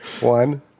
one